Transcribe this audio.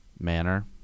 manner